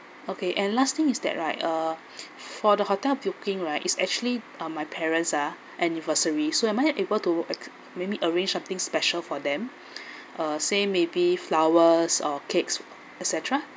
okay and last thing is that right uh for the hotel puking right is actually uh my parents ah anniversary so am I able to maybe arrange something special for them uh say maybe flowers or cakes et cetera